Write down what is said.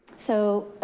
so,